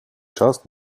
czas